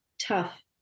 tough